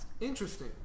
Interesting